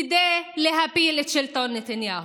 כדי להפיל את שלטון נתניהו.